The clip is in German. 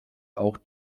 auch